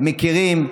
מכירים.